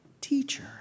Teacher